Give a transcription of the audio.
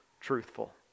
truthful